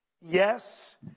Yes